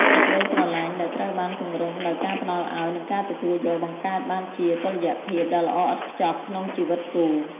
សេចក្ដីស្រឡាញ់ដែលត្រូវបានពង្រឹងដោយការផ្ដល់ឱ្យ និងការទទួលយក បង្កើតបានជាតុល្យភាពដ៏ល្អឥតខ្ចោះក្នុងជីវិតគូ។